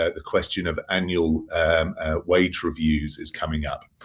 ah the question of annual wage reviews is coming up.